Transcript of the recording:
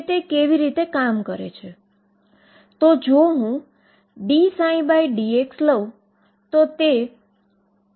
તેથી હું લખી શકું છું કે પાર્ટીકલ K એ 2πph અથવા p છે